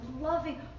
loving